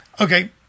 okay